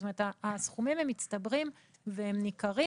זאת אומרת הסכומים הם מצטברים והם ניכרים.